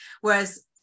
Whereas